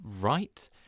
Right